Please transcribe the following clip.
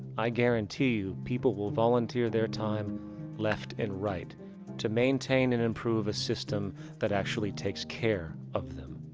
i guarantee you people will volunteer their time left and right to maintain and improve a system that actually takes care of them.